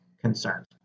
concerns